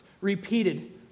repeated